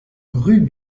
rue